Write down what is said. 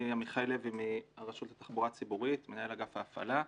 אני מהרשות לתחבורה ציבורית, מנהל אגף הפעלה.